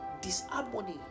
disharmony